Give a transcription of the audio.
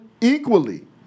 equally